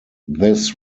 this